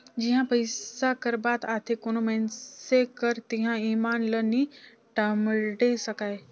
जिहां पइसा कर बात आथे कोनो मइनसे कर तिहां ईमान ल नी टमड़े सकाए